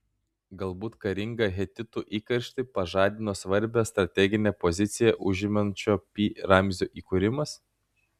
galbūt karingą hetitų įkarštį pažadino svarbią strateginę poziciją užimančio pi ramzio įkūrimas